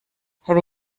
herr